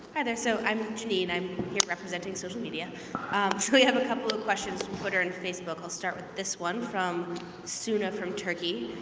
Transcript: hi there, so i'm janine. i'm here representing social media. so we have a couple of question from twitter and facebook. i'll start with this one from soo-na from turkey,